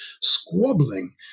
squabbling